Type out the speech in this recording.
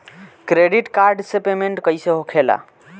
Credit card से payment कईसे होखेला?